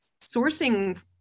sourcing